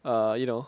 err you know